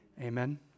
Amen